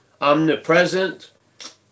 omnipresent